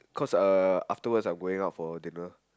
cause a afterwords I'm going out for dinner